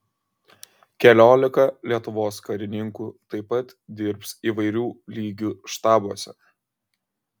keliolika lietuvos karininkų taip pat dirbs įvairių lygių štabuose